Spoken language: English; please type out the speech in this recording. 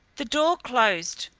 the door closed.